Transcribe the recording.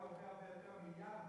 ועדת אלאלוף היו הרבה יותר מיליארדים.